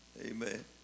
Amen